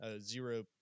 zero